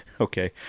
Okay